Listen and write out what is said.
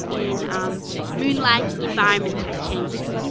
in moon-like environment test chambers.